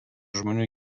žmonių